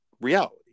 reality